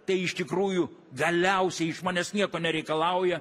tai iš tikrųjų galiausiai iš manęs nieko nereikalauja